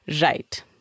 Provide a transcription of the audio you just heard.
Right